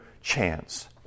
chance